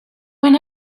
when